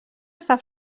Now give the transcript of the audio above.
està